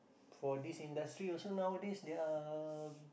for this industry also nowadays they are